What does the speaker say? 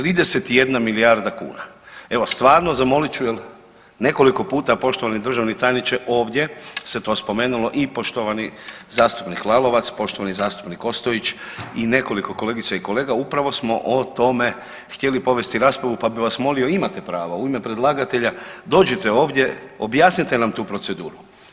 31 milijarda kuna, evo stvarno zamolit ću jer nekoliko puta poštovani državni tajniče ovdje se to spomenulo i poštovani zastupnik Lalovac, poštovani zastupnik Ostojić i nekoliko kolegica i kolega upravo smo o tome htjeli povesti raspravu pa bi vas molio, imate prava u ime predlagatelja, dođite ovdje objasnite nam tu proceduru.